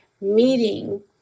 meeting